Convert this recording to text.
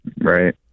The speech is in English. Right